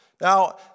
Now